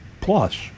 plus